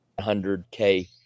100K